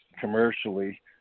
commercially